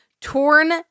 torn